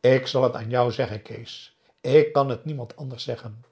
ik zal het aan jou zeggen kees ik kan het niemand anders zeggen